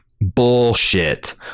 Bullshit